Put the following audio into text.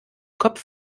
kopf